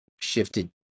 shifted